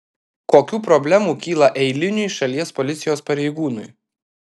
kokių problemų kyla eiliniui šalies policijos pareigūnui